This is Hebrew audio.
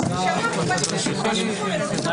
11:00.